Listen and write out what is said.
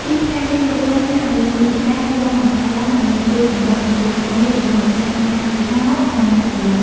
ទីភ្នាក់ងារគ្រប់គ្រងអ្នកផលិតមាតិកាត្រូវបានបង្កើតឡើង ដើម្បីជួយសម្របសម្រួលការងាររវាងម្ចាស់ម៉ាកយីហោនិងអ្នកផលិត។